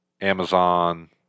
Amazon